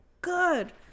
Good